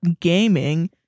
gaming